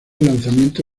lanzamiento